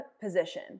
position